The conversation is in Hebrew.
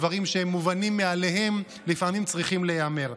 דברים שהם מובנים מאליהם לפעמים צריכים להיאמר.